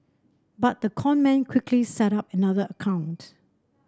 but the con man quickly set up another account